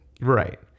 right